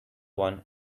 one